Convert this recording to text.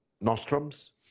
nostrums